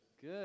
Good